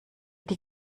die